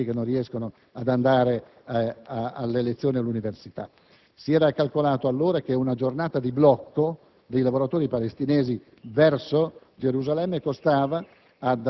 studenti che non riescono ad andare alla lezioni universitarie. Si era calcolato allora che una giornata di blocco dei lavoratori palestinesi verso Gerusalemme costava